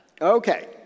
Okay